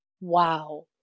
wow